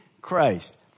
Christ